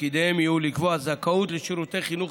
שתפקידיהם יהיו לקבוע זכאות לשירותי חינוך